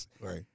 Right